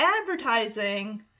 advertising